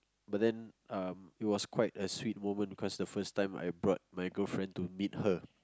but then um it was quite a sweet moment because the first time I brought my girlfriend to meet her